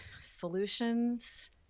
solutions